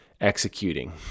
executing